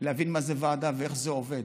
להבין מה זה ועדה ואיך זה עובד,